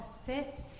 sit